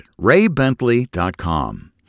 RayBentley.com